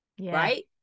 right